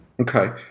Okay